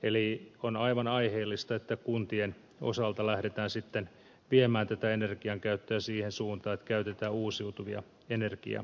eli on aivan aiheellista että kuntien osalta lähdetään viemään energian käyttöä siihen suuntaan että käytetään uusiutuvia energiamuotoja